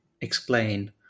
explain